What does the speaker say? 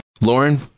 Lauren